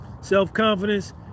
self-confidence